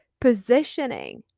positioning